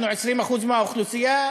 אנחנו 20% מהאוכלוסייה,